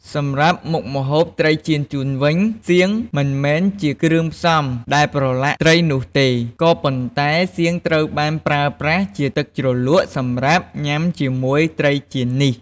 សម្រាប់មុខម្ហូប ត្រីចៀនចួនវិញ សៀងមិនមែនជាគ្រឿងផ្សំ ដែលប្រឡាក់ត្រីនោះទេ ក៏ប៉ុន្តែ សៀងត្រូវបានប្រើប្រាស់ជាទឹកជ្រលក់សម្រាប់ញ៉ាំជាមួយត្រីចៀននេះ។